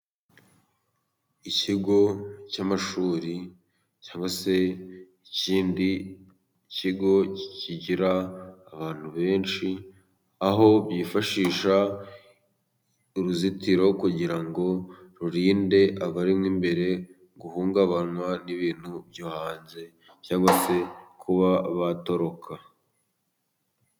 Ikigo cy'amashuri cyangwa se ikindi kigo kigira abantu benshi, aho bifashisha uruzitiro kugira ngo rurinde abarimo imbere guhungabanywa n'ibintu byo hanze, cyangwa se kuba batoroka.